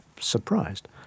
surprised